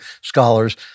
scholars